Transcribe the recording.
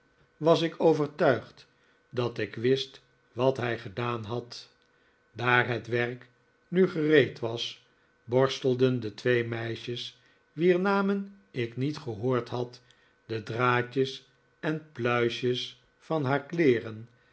was ik overtuigd dat ik wist wat hij gedaan had daar het werk nu gereed was borstelden de twee meisjes wier namen ik niet gehoord had de draadjes en pluisjes van haar kleereri